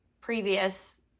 previous